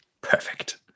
Perfect